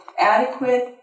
adequate